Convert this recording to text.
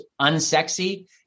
unsexy